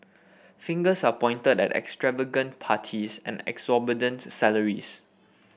fingers are pointed at extravagant parties and exorbitant salaries